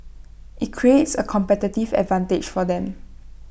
IT creates A competitive advantage for them